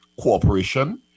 cooperation